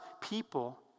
people